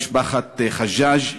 משפחת חג'אג',